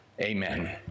Amen